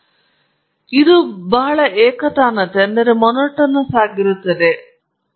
ತದನಂತರ ಇದು ಬಹಳ ಏಕತಾನತೆ ನೀವು ಸ್ಲೈಡ್ ಮೇಲೆ ನೋಡಿದರೆ ಅಥವಾ ಸ್ಲೈಡ್ ಅನ್ನು ನೋಡಿದರೆ ಮತ್ತು ಪ್ರೇಕ್ಷಕರನ್ನು ನೋಡದೇ ಇದ್ದರೆ ಮತ್ತು ಓದುವ ಇರಿಸಿಕೊಳ್ಳಿ